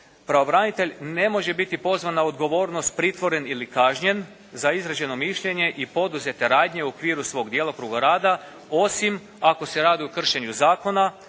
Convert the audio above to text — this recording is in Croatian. Pravobranitelj ne može biti pozvan na odgovornost, pritvoren ili kažnjen za izraženo mišljenje i poduzete radnje u okviru svog djelokruga rata, osim ako se radi o kršenju zakona